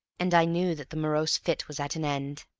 and i knew that the morose fit was at an end.